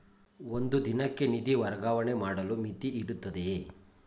ಒಂದು ದಿನಕ್ಕೆ ನಿಧಿ ವರ್ಗಾವಣೆ ಮಾಡಲು ಮಿತಿಯಿರುತ್ತದೆಯೇ?